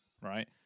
right